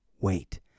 wait